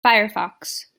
firefox